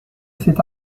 cette